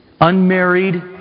unmarried